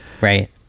Right